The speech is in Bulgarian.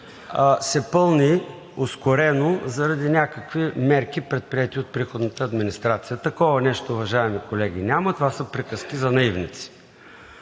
се пълни ускорено заради някакви мерки, предприети от приходната администрация. Такова нещо, уважаеми колеги, няма – това са приказки за наивници.